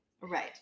Right